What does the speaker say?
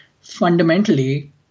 fundamentally